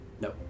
No